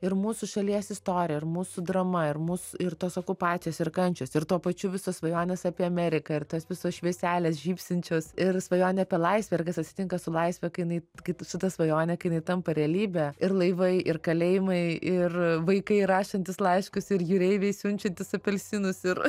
ir mūsų šalies istorija ir mūsų drama ir mūsų ir tos okupacijos ir kančios ir tuo pačiu visos svajonės apie ameriką ir tos visos švieselės žybsinčios ir svajonė apie laisvę ir kas atsitinka su laisve kai jinai kai tu su ta svajone kai jinai tampa realybe ir laivai ir kalėjimai ir vaikai rašantys laiškus ir jūreiviai siunčiantys apelsinus ir